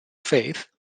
faith